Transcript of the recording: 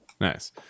Nice